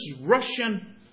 Russian